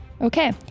Okay